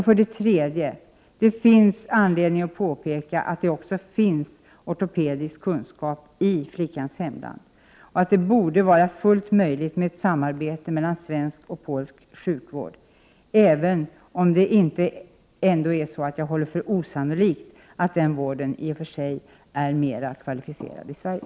Slutligen är det anledning att påpeka att det finns ortopedisk kunskap i flickans hemland och att det borde vara fullt möjligt med ett samarbete mellan svensk och polsk sjukvård, även om jag inte håller för osannolikt att den här vården är mer kvalificerad i Sverige.